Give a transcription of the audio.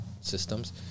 systems